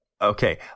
Okay